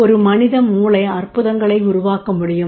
ஒரு மனித மூளை அற்புதங்களை உருவாக்க முடியும்